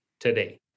today